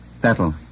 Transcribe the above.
Battle